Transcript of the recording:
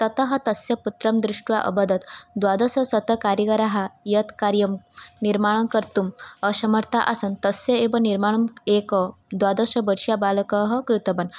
ततः तस्य पुत्रं दृष्ट्वा अवदत् द्वादशशतकार्यकराः यत् कार्यं निर्माणङ्कर्तुम् असमर्थाः आसन् तस्य एव निर्माणम् एकः द्वादशवर्षीयबालकः कृतवान्